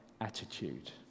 attitude